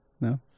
No